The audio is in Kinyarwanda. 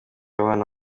abana